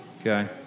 Okay